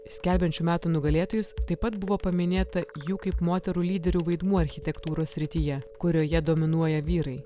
skelbiant šių metų nugalėtojus taip pat buvo paminėta jų kaip moterų lyderių vaidmuo architektūros srityje kurioje dominuoja vyrai